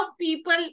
people